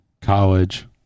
College